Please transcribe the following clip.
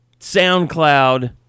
SoundCloud